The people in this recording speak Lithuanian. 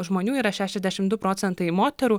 žmonių yra šešiasdešim du procentai moterų